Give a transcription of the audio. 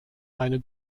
eine